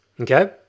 Okay